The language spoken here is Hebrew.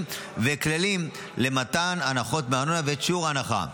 וכללים למתן הנחות בארנונה ואת שיעור ההנחה.